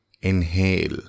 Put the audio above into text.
Inhale